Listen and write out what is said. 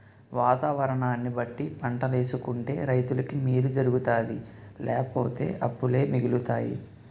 వాతావరణాన్ని బట్టి పంటలేసుకుంటే రైతులకి మేలు జరుగుతాది లేపోతే అప్పులే మిగులుతాయి